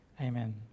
Amen